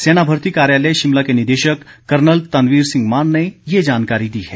सेना भर्ती कार्यालय शिमला के निदेशक कर्नल तनवीर सिंह मान ने ये जानकारी दी है